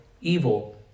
evil